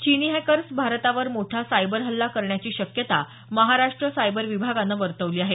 चीनी हॅकर्स भारतावर मोठा सायबर हल्ला करण्याची शक्यता महाराष्ट्र सायबर विभागानं वर्तवली आहे